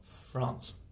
France